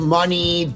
money